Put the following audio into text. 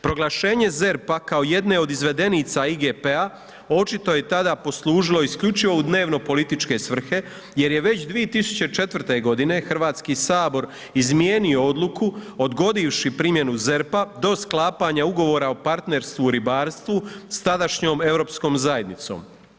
Proglašenje ZERP-a kao jedne od izvedenica IGP-a očito je tada poslužilo u dnevnopolitičke svrhe jer je već 2004. godine Hrvatski sabor izmijenio odluku odgodivši primjenu ZERP-a do sklapanja ugovora o partnerstvu u ribarstvu s tadašnjom Europskom zajednicom.